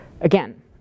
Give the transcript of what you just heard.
Again